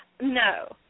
No